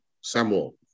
Samuel